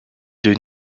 deux